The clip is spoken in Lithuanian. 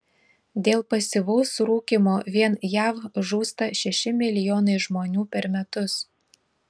dėl pasyvaus rūkymo vien jav žūsta šeši milijonai žmonių per metus